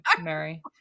Mary